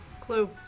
Clue